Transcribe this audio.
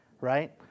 right